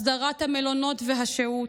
הסדרת המלונות והשהות,